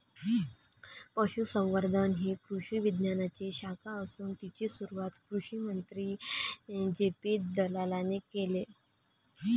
पशुसंवर्धन ही कृषी विज्ञानाची शाखा असून तिची सुरुवात कृषिमंत्री जे.पी दलालाने केले